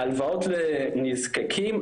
הלוואות לנזקקים,